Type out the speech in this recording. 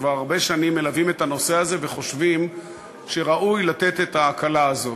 שכבר הרבה שנים מלווים את הנושא הזה וחושבים שראוי לתת את ההקלה הזאת.